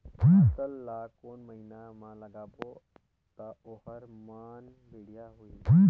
पातल ला कोन महीना मा लगाबो ता ओहार मान बेडिया होही?